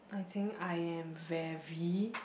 I think I am very